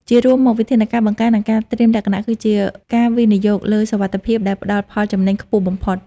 ជារួមមក វិធានការបង្ការ និងការត្រៀមលក្ខណៈ គឺជាការវិនិយោគលើសុវត្ថិភាពដែលផ្ដល់ផលចំណេញខ្ពស់បំផុត។